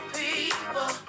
people